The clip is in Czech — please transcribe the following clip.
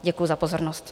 Děkuji za pozornost.